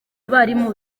abarimu